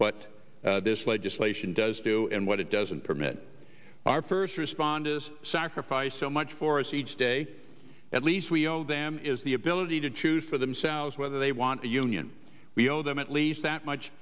what this legislation does do and what it doesn't permit our first responders sacrifice so much for us each day at least we owe them is the ability to choose for themselves whether they want a union we owe them at least that much